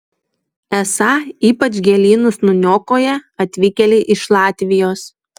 esą ypač gėlynus nuniokoja atvykėliai iš latvijos